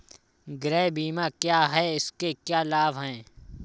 गृह बीमा क्या है इसके क्या लाभ हैं?